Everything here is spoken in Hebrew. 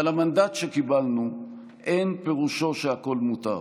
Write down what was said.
אבל המנדט שקיבלנו אין פירושו שהכול מותר.